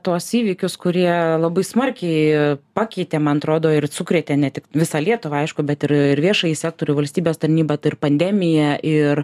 tuos įvykius kurie labai smarkiai pakeitė man atrodo ir sukrėtė ne tik visą lietuvą aišku bet ir ir viešąjį sektorių valstybės tarnybą tai ir pandemija ir